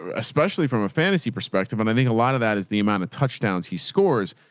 ah especially from a fantasy perspective. and i think a lot of that is the amount of touchdowns he scores,